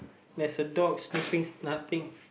there's a dog sniffing s~ nothing